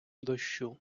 дощу